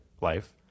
life